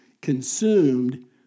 consumed